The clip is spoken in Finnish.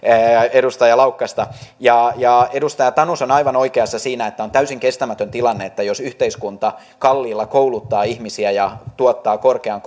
edustaja laukkasta edustaja tanus on aivan oikeassa siinä että on täysin kestämätön tilanne jos yhteiskunta kalliilla kouluttaa ihmisiä ja tuottaa korkean